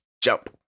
jump